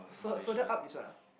fur~ further up is what